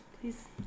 Please